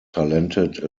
talented